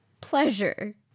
pleasure